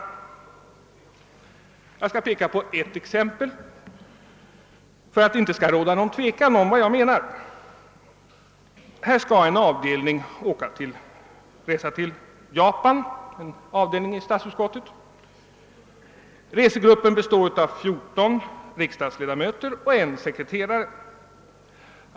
Jag skall peka på ett exempel så att det inte skall råda något tvivel om vad jag menar. En avdelning i statsutskottet skall resa till Japan. Gruppen består av 14 riksdagsledamöter och en sekreterare.